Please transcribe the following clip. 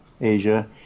Asia